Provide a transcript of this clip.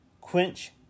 Quench